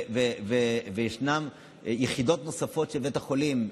וישנן יחידות נוספות של בית החולים.